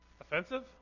Offensive